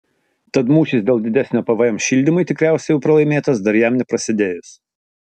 tad mūšis dėl didesnio pvm šildymui tikriausiai jau pralaimėtas dar jam neprasidėjus